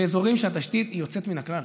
באזורים שהתשתית בהם היא יוצאת מן הכלל,